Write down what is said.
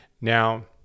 Now